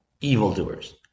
evildoers